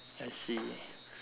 I see